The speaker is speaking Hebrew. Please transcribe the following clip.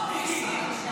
תראו, מיקי.